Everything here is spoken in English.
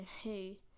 hey